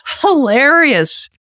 hilarious